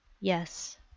yes